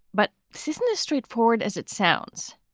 but this isn't as straightforward as it sounds.